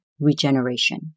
regeneration